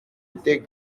était